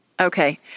Okay